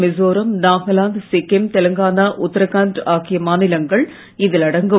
மிசோராம் நாகாலாந்து சிக்கிம் தெலுங்கானா உத்தராகண்ட் ஆகிய மாநிலங்கள் இதில் அடங்கும்